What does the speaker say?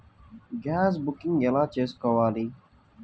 Gas booking ఎలా చేసుకోవాలి?